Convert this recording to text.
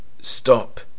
Stop